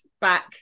back